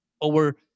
over